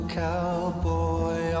cowboy